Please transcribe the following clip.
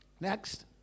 Next